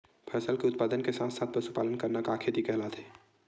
फसल के उत्पादन के साथ साथ पशुपालन करना का खेती कहलाथे?